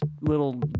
little